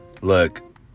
Look